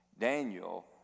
Daniel